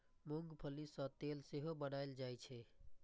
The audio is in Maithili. मूंंगफली सं तेल सेहो बनाएल जाइ छै